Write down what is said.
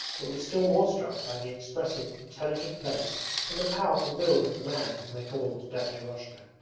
but was still more struck by the expressive, intelligent face and the powerful build of the man whom they called daddy eroshka.